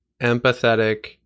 empathetic